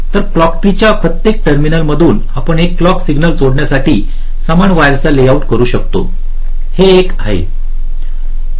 तर clock tree च्या प्रत्येक टर्मिनलमधून आपण क्लिक सिग्नल जोडण्यासाठी समान वयेरचे लेआउट करू शकता हे एक आहे